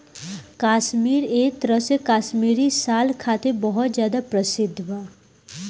काश्मीर एक तरह से काश्मीरी साल खातिर बहुत ज्यादा प्रसिद्ध बा